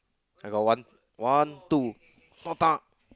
I got one one two